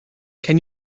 can